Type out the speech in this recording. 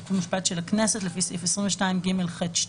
חוק ומשפט של הכנסת לפי סעיף 22ג(ח)(2),